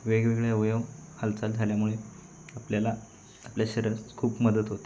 वेगवेगळे अवयव हालचाल झाल्यामुळे आपल्याला आपल्या शरीरास खूप मदत होते